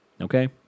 Okay